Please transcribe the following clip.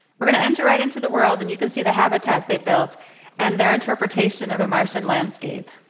we're gonna enter right into the world, and you can see the habitat they built and their interpretation of a martian landscape.